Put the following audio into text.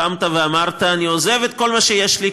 קמת ואמרת: אני עוזב את כל מה שיש לי,